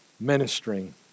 ministering